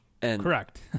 Correct